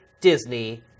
Disney